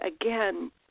again